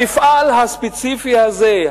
המפעל הספציפי הזה,